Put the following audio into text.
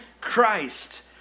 Christ